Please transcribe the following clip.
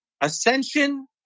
ascension